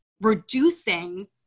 reducing